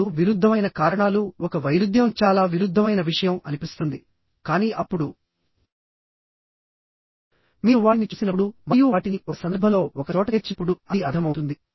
ఇప్పుడు విరుద్ధమైన కారణాలు ఒక వైరుధ్యం చాలా విరుద్ధమైన విషయం అనిపిస్తుంది కానీ అప్పుడు మీరు వాటిని చూసినప్పుడు మరియు వాటిని ఒక సందర్భంలో ఒకచోట చేర్చినప్పుడు అది అర్ధమవుతుంది